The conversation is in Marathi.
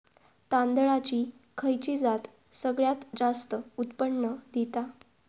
तांदळाची खयची जात सगळयात जास्त उत्पन्न दिता?